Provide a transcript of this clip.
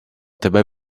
тебе